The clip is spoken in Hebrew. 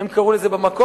הם קראו לזה במקור,